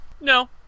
No